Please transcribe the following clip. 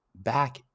back